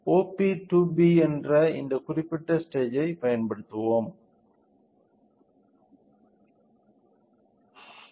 OP 2B என்ற இந்த குறிப்பிட்ட ஸ்டேஜ் ஐ பயன்படுத்த வேண்டும்